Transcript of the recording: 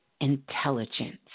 intelligence